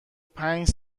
پنج